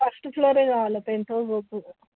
first ఫ్లోరే కావాల penthouse వద్దు